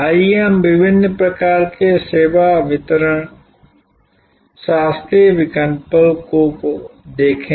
आइए हम विभिन्न प्रकार के सेवा वितरण शास्त्रीय विकल्पों को देखें